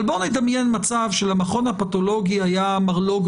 אבל בוא נדמיין מצב שלמכון הפתולוגי היה מרלו"ג